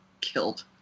killed